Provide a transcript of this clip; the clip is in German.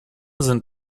sind